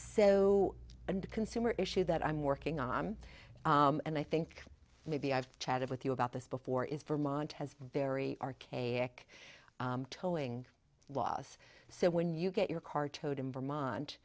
a consumer issue that i'm working on and i think maybe i've chatted with you about this before is for mont has very archaic towing laws so when you get your car towed in vermont